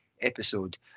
episode